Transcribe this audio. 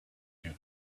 you